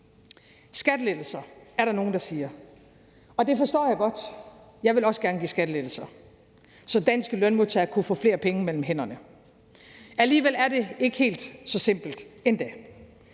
Skattelettelser er der så nogen der siger, og det forstår jeg godt. Jeg vil også gerne give skattelettelser, så danske lønmodtagere kunne få flere penge mellem hænderne. Alligevel er det ikke helt så simpelt endda,